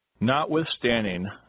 Notwithstanding